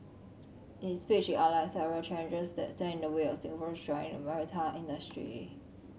in his speech he outlined several challenges that stand in the way of Singaporeans joining the maritime industry